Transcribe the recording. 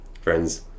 friends